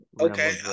okay